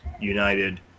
United